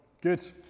Good